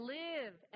live